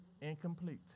incomplete